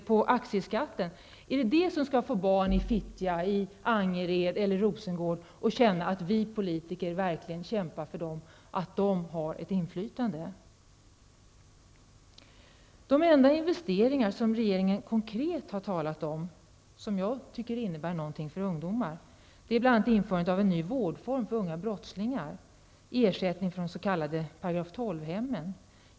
Är det sådana åtgärder som skall få barnen i Fittja, i Angered eller i Rosengård att känna att vi politiker verkligen kämpar för att de skall få ett inflytande? De enda investeringar som regeringen konkret har talat om och som jag tycker innebär någonting för ungdomar är införandet av en ny vårdform för unga brottslingar, en ersättning för de s.k. § 12-hemmen.